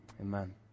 amen